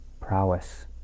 prowess